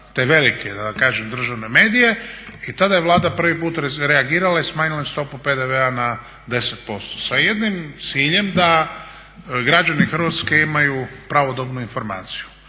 te velike da kažem državne medije i tada je Vlada prvi puta reagirala i smanjila je stopu PDV-a na 10%. Sa jednim ciljem da građani Hrvatske imaju pravodobnu informaciju.